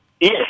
Yes